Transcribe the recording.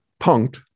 punked